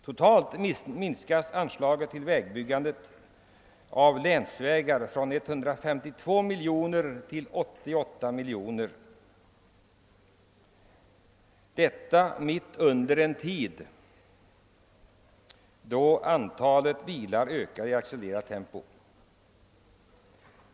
Totalt minskas anslaget till byggande av länsvägar från 152 miljoner kronor till 88 miljoner kronor — detta mitt under en tid då antalet bilar ökar i accelererad takt.